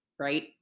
right